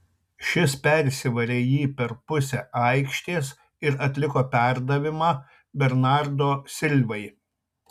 šis persivarė jį per pusę aikštės ir atliko perdavimą bernardo silvai